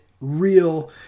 real